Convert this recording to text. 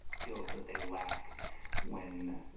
deals that they laughed when